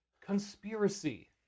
Conspiracy